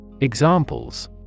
Examples